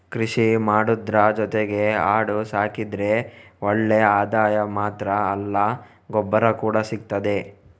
ಕೃಷಿ ಮಾಡುದ್ರ ಜೊತೆಗೆ ಆಡು ಸಾಕಿದ್ರೆ ಒಳ್ಳೆ ಆದಾಯ ಮಾತ್ರ ಅಲ್ಲ ಗೊಬ್ಬರ ಕೂಡಾ ಸಿಗ್ತದೆ